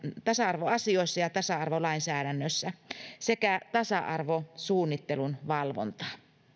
tasa arvoasioista ja tasa arvolainsäädännöstä sekä tasa arvosuunnittelun valvontaa